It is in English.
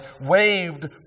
waved